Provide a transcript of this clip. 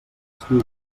estiu